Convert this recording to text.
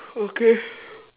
okay